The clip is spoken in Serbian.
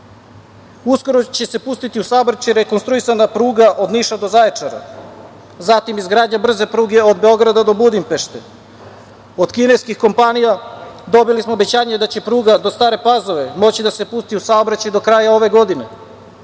će se pustiti u saobraćaj rekonstruisana pruga od Niša do Zaječara, zatim izgradnja brze pruge od Beograda do Budimpešte. Od kineskih kompanija dobili smo obećanje da će pruga do Stare Pazove moći da se pusti u saobraćaj do kraja ove godine,